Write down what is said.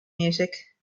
music